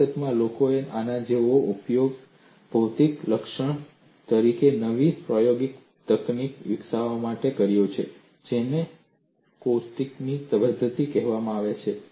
હકીકતમાં લોકોએ આનો ઉપયોગ ભૌતિક લક્ષણ તરીકે નવી પ્રાયોગિક તકનીક વિકસાવવા માટે કર્યો છે જેને કોસ્ટિકની પદ્ધતિ કહેવાય છે